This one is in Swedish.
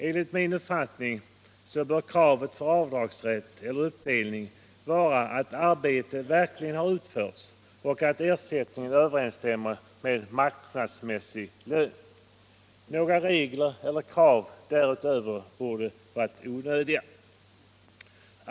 Enligt min uppfattning bör kravet = Avveckling av s.k. för avdragsrätt eller uppdelning vara att arbete verkligen har utförts och = faktisk sambeskattatt ersättningen överensstämmer med marknadsmässig lön. Några regler — ning eller krav därutöver borde vara onödiga.